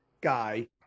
guy